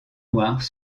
noirs